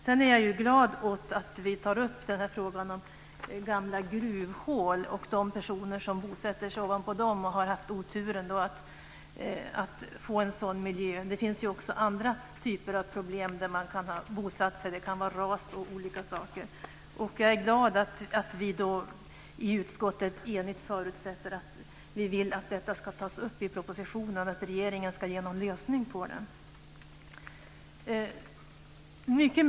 Sedan är jag glad åt att vi tar upp den här frågan om gamla gruvhål och om de personer som bosätter sig ovanpå dessa och alltså har haft oturen att få en sådan miljö. Det finns också andra typer av problem som kan uppstå där man har bosatt sig. Det kan vara ras och olika andra saker. Jag är glad att vi i utskottet enigt förutsätter att vi vill att detta ska tas upp i propositionen, att vi vill att regeringen ska komma med en lösning på det.